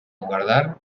guardar